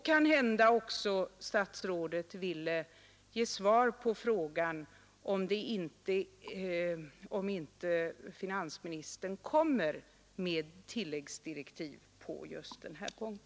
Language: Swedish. Kanhända statsrådet också vill ge svar på frågan om inte finansministern kommer med tilläggsdirektiv på just denna punkt.